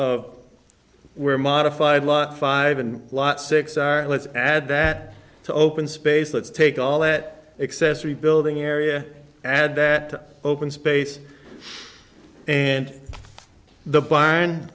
of where modified lot five and lot six are let's add that to open space let's take all that excess rebuilding area add that open space and the buy